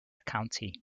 county